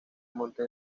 monta